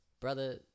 brother